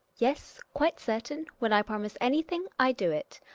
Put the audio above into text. yes, quite certain. when i promise anything i do it.